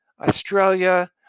Australia